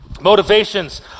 Motivations